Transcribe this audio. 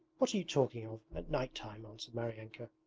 what are you talking of, at night time answered maryanka.